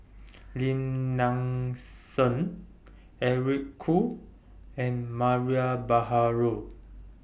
Lim Nang Seng Eric Khoo and Mariam Baharom